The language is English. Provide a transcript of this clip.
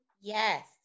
Yes